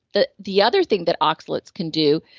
the the other thing that oxalates can do,